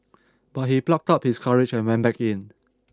but he plucked up his courage and went back in